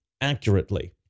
accurately